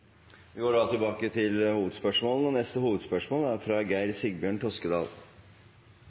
Vi går da videre til neste hovedspørsmål.